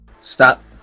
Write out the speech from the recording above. stop